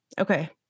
okay